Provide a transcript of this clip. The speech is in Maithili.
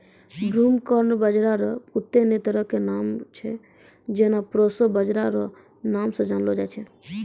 ब्रूमकॉर्न बाजरा रो कत्ते ने तरह के नाम छै जेना प्रोशो बाजरा रो नाम से जानलो जाय छै